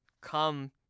come